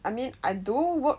I mean I do work